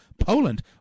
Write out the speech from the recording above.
Poland